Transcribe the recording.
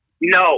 No